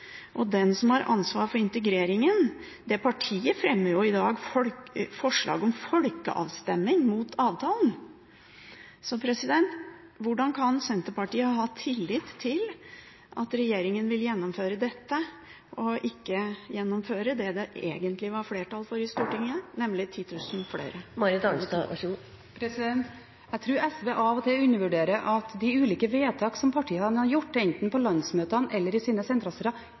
har ansvaret for integreringen, fremmer i dag forslag om folkeavstemning om avtalen. Så hvordan kan Senterpartiet ha tillit til at regjeringen vil gjennomføre dette og ikke det som det egentlig var flertall for i Stortinget, nemlig 10 000 flere? Jeg tror SV av og til undervurderer at de ulike vedtakene som partiene har gjort, enten på landsmøtene eller i sine